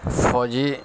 فوجی